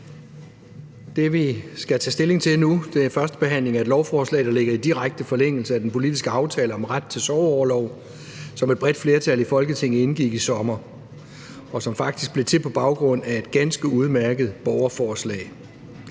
Det, vi skal tage stilling til nu, er første behandling af et lovforslag, der ligger i direkte forlængelse af den politiske aftale om ret til sorgorlov, som et bredt flertal i Folketinget indgik i sommer, og som faktisk blev til på baggrund af et ganske udmærket borgerforslag.